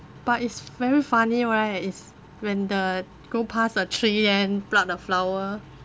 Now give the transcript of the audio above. but it's very funny right it's when the go past a tree and pluck the flower